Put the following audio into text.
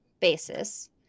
basis